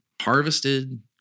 harvested